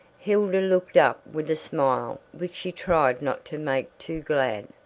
hilda looked up with a smile which she tried not to make too glad.